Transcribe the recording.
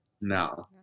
No